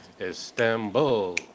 Istanbul